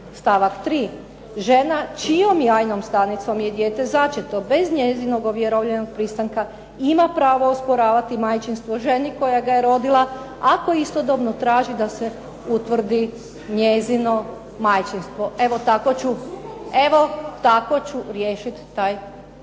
Stavak 3. "Žena čijom jajnom stanicom je dijete začeto, bez njezinog ovjerovljenog pristanka, ima pravo osporavati majčinstvo ženi koja ga je rodila, ako istodobno traži da se utvrdi njezino majčinstvo". Evo, tako ću riješiti taj problem.